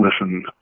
Listen